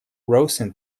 rosen